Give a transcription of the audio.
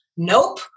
Nope